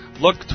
look